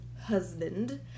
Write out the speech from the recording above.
husband